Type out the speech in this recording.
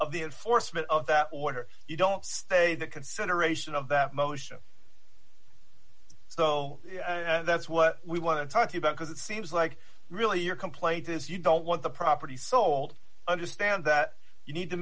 of the it force but of that water you don't stay the consideration of that motion so that's what we want to talk to you about because it seems like really your complaint is you don't want the property sold understand that you need to